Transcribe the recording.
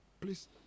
please